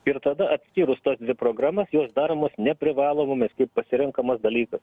ir tada atskyrus tas dvi programas jos daromos neprivalomomis kai pasirenkamas dalykas